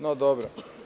No, dobro.